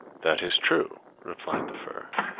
that is true, replied the fir,